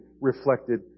reflected